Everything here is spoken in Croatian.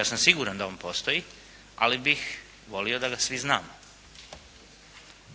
Ja sam siguran da on postoji, ali bih volio da ga svi znamo.